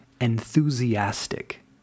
enthusiastic